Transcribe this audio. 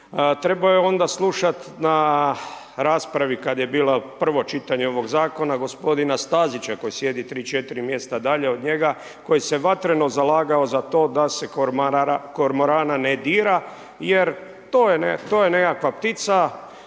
Trebao je onda slušat na raspravi kad je bilo prvo čitanje ovog Zakona gospodina Stazića, koji sjedi 3., 4. mjesta dalje od njega, koji se vatreno zalagao za to da se kormorana ne dira jer to je nekakva ptica koju treba zaštiti.